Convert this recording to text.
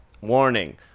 warning